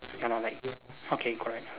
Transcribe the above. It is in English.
ah like okay correct